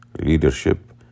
leadership